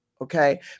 Okay